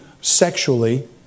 sexually